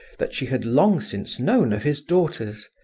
that she had long since known of his daughters,